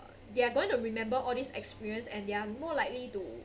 they are going to remember all this experience and they are more likely to